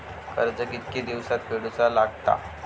कर्ज कितके दिवसात फेडूचा लागता?